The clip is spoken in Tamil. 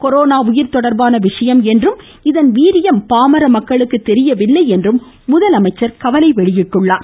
கொரோனா உயிர் தொடர்பான விஷயம் என்றும் இதன் வீரியம் பாமர மக்களுக்கு தெரியவில்லை என்றும் முதலமைச்சர் கவலை வெளியிட்டுள்ளார்